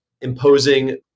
imposing